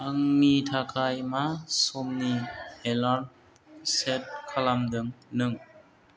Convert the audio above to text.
आंनि थाखाय मा समनि एलार्म सेट खालामदों नों